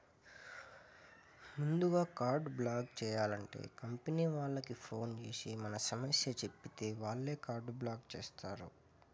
ముందుగా card block చేయాలంటే company వాళ్లకి ఫోన్ చేసి మన సమస్య చెప్పితే వాళ్లే కార్డు బ్లాక్ చేస్తారు